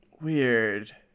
weird